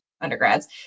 undergrads